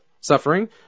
suffering